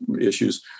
issues